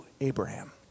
Abraham